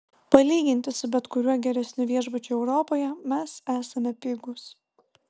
palyginti su bet kuriuo geresniu viešbučiu europoje mes esame pigūs